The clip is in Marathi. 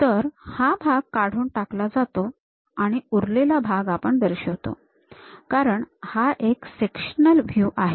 तर हा भाग काढून टाकला जातो आणि उरलेला भाग आपण दर्शवितो कारण हा एक सेक्शनल व्ह्यू आहे